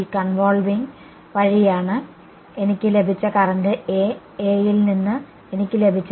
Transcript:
convolving വഴിയാണ് വന്നത് എനിക്ക് ലഭിച്ച കറന്റ് ൽ നിന്ന് എനിക്ക് ലഭിച്ചത്